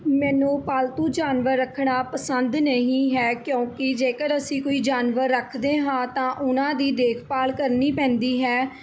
ਮੈਨੂੰ ਪਾਲਤੂ ਜਾਨਵਰ ਰੱਖਣਾ ਪਸੰਦ ਨਹੀਂ ਹੈ ਕਿਉਂਕਿ ਜੇਕਰ ਅਸੀਂ ਕੋਈ ਜਾਨਵਰ ਰੱਖਦੇ ਹਾਂ ਤਾਂ ਉਹਨਾਂ ਦੀ ਦੇਖਭਾਲ ਕਰਨੀ ਪੈਂਦੀ ਹੈ